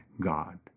God